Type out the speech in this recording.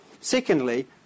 Secondly